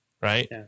right